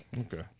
okay